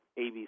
ABC